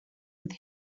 with